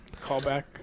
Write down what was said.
callback